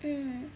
mm